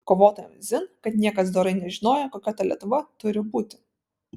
kovotojams dzin kad niekas dorai nežinojo kokia ta lietuva turi būti